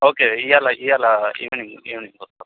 okay ఇవాళ ఇవాళ evening evening వస్తా